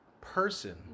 person